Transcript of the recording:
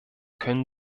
können